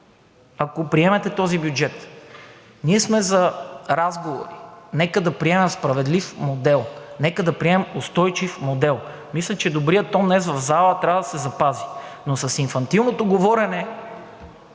ако приемете този бюджет. Ние сме за разговори. Нека да приемем справедлив модел. Нека да приемем устойчив модел. Мисля, че добрият тон днес в залата трябва да се запази. Но с инфантилното говорене,